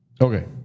Okay